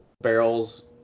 barrels